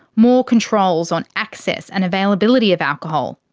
more controls on access and availability of alcohol,